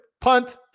punt